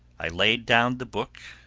i laid down the book,